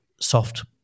soft